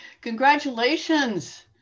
Congratulations